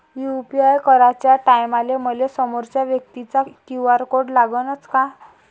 UPI कराच्या टायमाले मले समोरच्या व्यक्तीचा क्यू.आर कोड लागनच का?